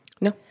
No